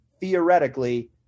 theoretically